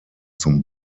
zum